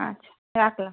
আচ্ছা রাখলাম